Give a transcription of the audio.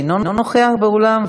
אינו נוכח באולם,